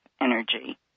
energy